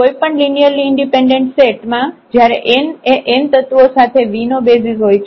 કોઈપણ linearly independent set માં જયારે n એ n તત્વો સાથે V નો બેસિઝ હોય છે